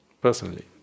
personally